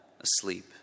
asleep